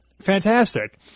Fantastic